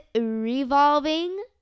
revolving